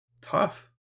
tough